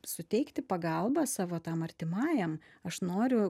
suteikti pagalbą savo tam artimajam aš noriu